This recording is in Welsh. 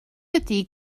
ydy